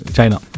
China